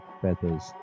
feathers